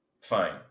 fine